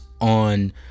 on